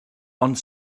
ond